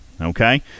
Okay